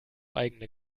eigene